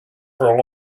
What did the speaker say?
for